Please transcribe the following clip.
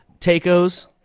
tacos